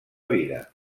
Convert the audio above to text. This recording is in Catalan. vida